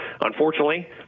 unfortunately